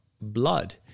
blood